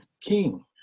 king